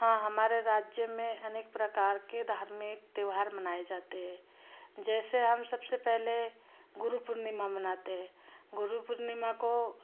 हाँ हमारे राज्य में अनेक प्रकार के धार्मिक त्योहार मनाए जाते हैं जैसे हम सबसे पहले गुरु पूर्णिमा मनाते हैं गुरु पूर्णिमा को